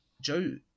Joe